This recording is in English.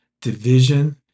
division